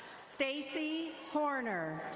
stacy horner.